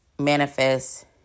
manifest